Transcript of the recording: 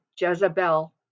Jezebel